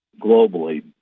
globally